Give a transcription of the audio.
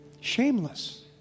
shameless